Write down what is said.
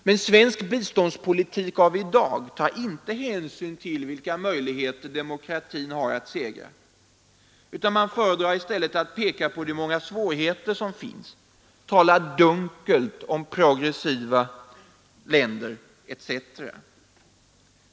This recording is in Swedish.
Men svensk biståndspolitik av i dag tar inte hänsyn till vilka möjligheter demokratin har att segra — man föredrar att peka på de många svårigheter som finns, talar dunkelt om ”progressiva” länder etc.